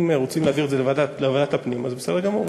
אם רוצים להעביר את זה לוועדת הפנים, בסדר גמור.